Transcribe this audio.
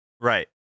Right